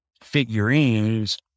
figurines